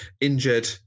Injured